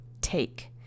take